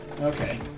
Okay